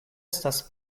estas